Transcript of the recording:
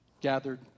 gathered